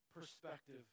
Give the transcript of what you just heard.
perspective